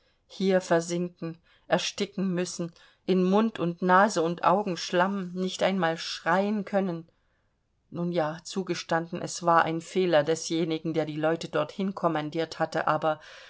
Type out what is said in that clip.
hier versinken ersticken müssen in mund und nase und augen schlamm nicht einmal schreien können nun ja zugestanden es war ein fehler desjenigen der die leute dorthin kommandiert hatte aber